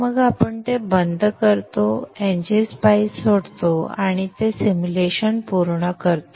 मग आपण ते बंद करतो n g स्पायइस सोडतो आणि ते सिम्युलेशन पूर्ण करते